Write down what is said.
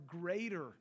greater